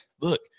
look